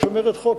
השומרת חוק,